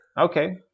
Okay